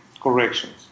corrections